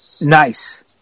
Nice